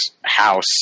house